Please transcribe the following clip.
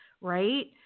right